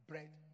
Bread